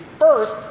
first